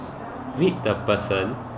with the person